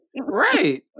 right